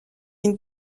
une